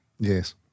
Yes